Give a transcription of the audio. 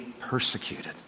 persecuted